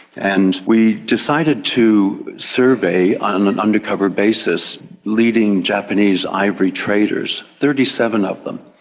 and we decided to survey on an undercover basis leading japanese ivory traders, thirty seven of them.